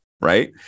right